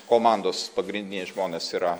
komandos pagrindiniai žmonės yra